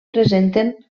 presenten